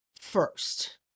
first